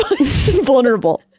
vulnerable